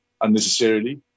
unnecessarily